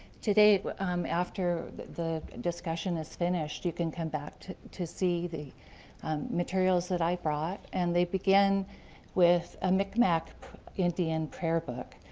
today um after the discussion is finished, you can come back to to see the um materials that i brought and they begin with a micmac indian prayer book,